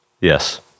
yes